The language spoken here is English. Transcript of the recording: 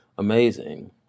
Amazing